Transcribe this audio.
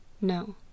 No